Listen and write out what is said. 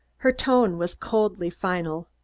her tone was coldly final.